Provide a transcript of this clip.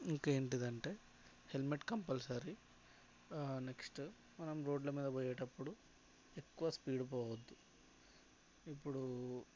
ఇంకా ఏంటిదంటే helmet compulsory next మనం రోడ్లమీద పోయేటప్పుడు ఎక్కువ స్పీడ్ పోవద్దు ఇప్పుడూ